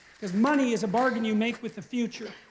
because money is a bargain you make with the future.